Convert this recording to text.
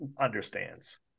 understands